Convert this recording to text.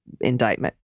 indictment